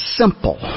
simple